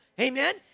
amen